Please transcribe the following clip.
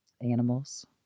animals